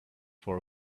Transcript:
for